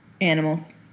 Animals